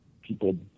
people